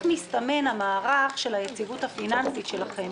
מסתמן המערך של היציבות הפיננסית שלכם,